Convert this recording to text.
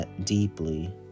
Deeply